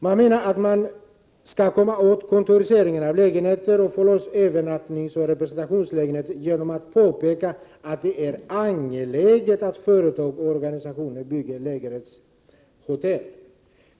Man avser att komma åt kontoriseringen av lägenheter och få loss övernattningsoch representationslägenheter genom att påpeka att det är ”angeläget” att företag och organisationer bygger lägenhetshotell.